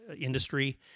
industry